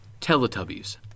Teletubbies